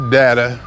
data